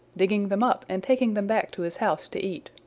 digging them up and taking them back to his house to eat.